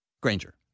Granger